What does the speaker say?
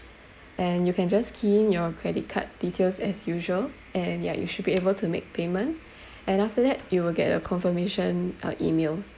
and you can just key in your credit card details as usual and yeah you should be able to make payment and after that you will get a confirmation uh email